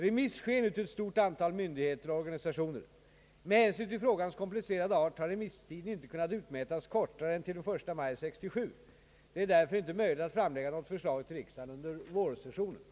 Remiss sker nu till ett stort antal myndigheter och organisationer. Med hänsyn till frågans komplicerade art har remisstiden inte kunnat utmätas kortare än till den 1 maj 1967. Det är därför inte möjligt att framlägga något förslag till riksdagen under vårsessionen.